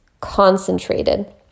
concentrated